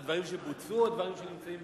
זה דברים שבוצעו או דברים שנמצאים,